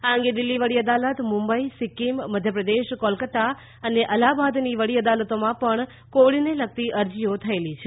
આ અંગે દિલ્ફી વડી અદાલત મુંબઈ સિક્કિમ મધ્યપ્રદેશ કોલકાતા અને અલ્હાબાદની વડી અદાલતોમાં પણ કોવિડને લગતી અરજીઓ થયેલી છે